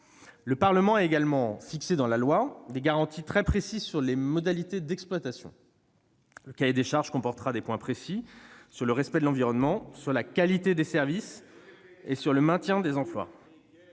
Le Parlement a également fixé dans la loi des garanties très précises sur les modalités d'exploitation. Le cahier des charges comportera des points précis ... Lesquels ?... sur le respect de l'environnement, la qualité des services et le maintien des emplois.